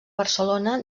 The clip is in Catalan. barcelona